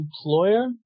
employer